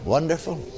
Wonderful